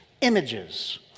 images